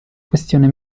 questione